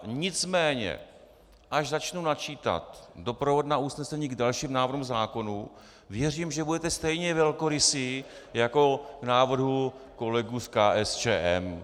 Nicméně až začnu načítat doprovodná usnesení k dalším návrhům zákonů, věřím, že budete stejně velkorysí jako k návrhu kolegů z KSČM.